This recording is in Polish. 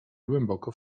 głęboko